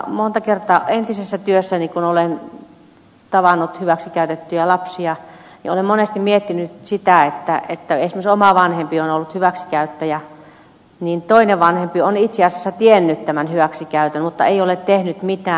monta kertaa entisessä työssäni kun olen tavannut hyväksikäytettyjä lapsia olen miettinyt sitä että kun esimerkiksi oma vanhempi on ollut hyväksikäyttäjä niin toinen vanhempi on itse asiassa tiennyt tämän hyväksikäytön mutta ei ole tehnyt mitään